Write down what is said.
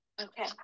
okay